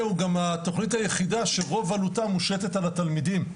והוא גם התוכנית היחידה שרוב עלותה מושתת על התלמידים.